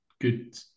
good